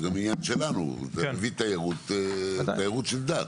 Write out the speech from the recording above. זה גם עניין שלנו, זה מביא תיירות של דת.